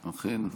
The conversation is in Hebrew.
אכן.